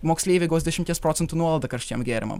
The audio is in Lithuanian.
moksleiviai gaus dešimties procentų nuolaidą karštiem gėrimam